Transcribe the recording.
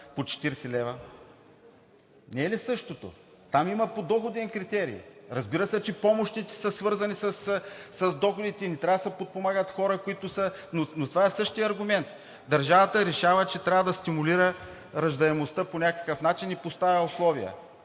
по 40 лв., не е ли същото? Там има подоходен критерий. Разбира се, че помощите са свързани с доходите и не трябва да се подпомагат някои хора, но това е същият аргумент – държавата решава, че трябва да стимулира раждаемостта по някакъв начин и поставя условия.